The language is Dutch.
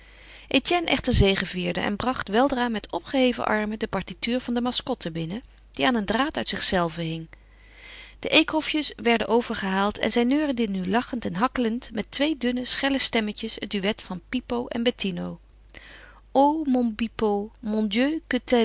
etienne echter zegevierde en bracht weldra met opgeheven armen de partituur van de mascotte binnen die aan een draad uit zichzelve hing de eekhofjes werden overgehaald en zij neurieden nu lachend en hakkelend met twee dunne schelle stemmetjes het duet van pipo en bettino o mon pipo